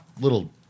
little